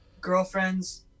Girlfriends